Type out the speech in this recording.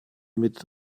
mit